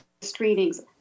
screenings